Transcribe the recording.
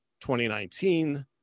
2019